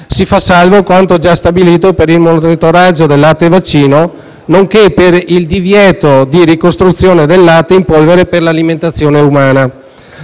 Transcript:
Si fa salvo quanto già stabilito per il monitoraggio del latte vaccino, nonché per il divieto di ricostituzione del latte in polvere per l'alimentazione umana.